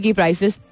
prices